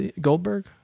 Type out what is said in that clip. goldberg